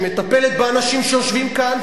שמטפלת באנשים שיושבים כאן,